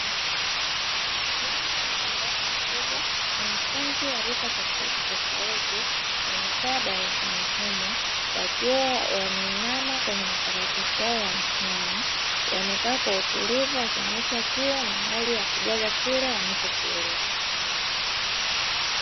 Ndani ya darasa kubwa wanafunzi wa rika tofautitofauti wamekaa darasani humo wakiwa wameinama kwenye makaratasi yao ya mtihani wamekaa kwa utulivu wakionesha kiu na hali ya kujaza kile wanachokielewa.